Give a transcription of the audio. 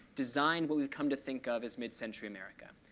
designed what we've come to think of as mid-century america.